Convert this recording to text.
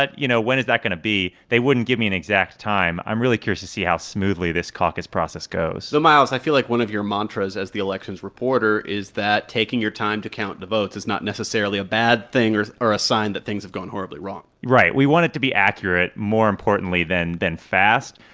you know, when is that going to be? they wouldn't give me an exact time. i'm really curious to see how smoothly this caucus process goes though, miles, i feel like one of your mantras as the elections reporter is that taking your time to count the votes is not necessarily a bad thing or a sign that things have gone horribly wrong right. we want it to be accurate, more importantly, than than fast.